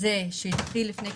אבל הבחינה הזאת חייבת להסתיים.